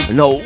no